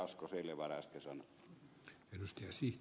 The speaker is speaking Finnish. asko seljavaara äsken sanoi